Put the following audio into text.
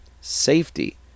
Safety